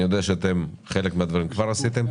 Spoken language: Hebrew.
אני יודע שחלק מהדברים כבר עשיתם.